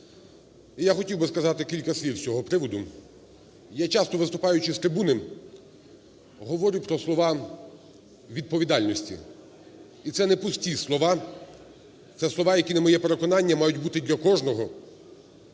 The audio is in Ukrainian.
я хотів би сказати кілька слів з цього приводу. Я часто, виступаючи з трибуни, говорю про слова відповідальності. І це не пусті слова – це слова, які, на моє переконання, мають бути для кожного